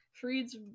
Freed's